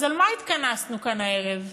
אז על מה התכנסנו כאן הערב?